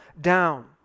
down